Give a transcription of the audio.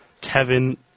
Kevin